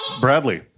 Bradley